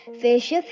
fish